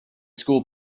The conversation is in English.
school